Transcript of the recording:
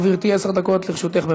גברתי, עשר דקות לרשותך.